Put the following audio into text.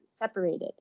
separated